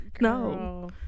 no